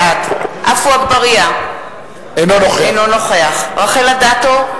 בעד עפו אגבאריה, אינו נוכח רחל אדטו,